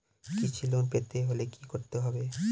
কৃষি লোন পেতে হলে কি করতে হবে?